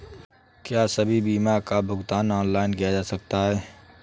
क्या सभी बीमा का भुगतान ऑनलाइन किया जा सकता है?